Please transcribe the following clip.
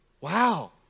Wow